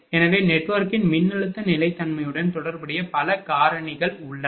எனவே நெட்வொர்க்கின் மின்னழுத்த நிலைத்தன்மையுடன் தொடர்புடைய பல காரணிகள் உள்ளன